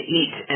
eat